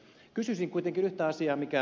kysyisin kuitenkin yhtä asiaa